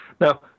Now